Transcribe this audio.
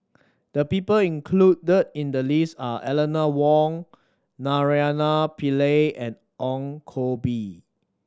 the people included in the list are Eleanor Wong Naraina Pillai and Ong Koh Bee